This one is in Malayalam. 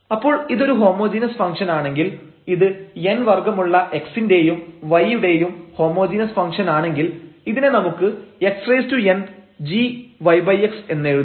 അപ്പോൾ ഇതൊരു ഹോമോജീനസ് ഫംഗ്ഷൻ ആണെങ്കിൽ ഇത് n വർഗ്ഗമുള്ള x ന്റെയും y യുടെയും ഹോമോജീനസ് ഫംഗ്ഷൻ ആണെങ്കിൽ ഇതിനെ നമുക്ക് xn gyx എന്നെഴുതാം